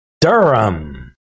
Durham